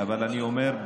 אבל אני אומר,